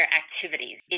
activities